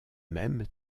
même